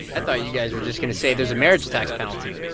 i thought you guys were just going to say there's a marriage tax penalty